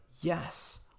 yes